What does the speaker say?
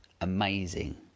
amazing